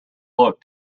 look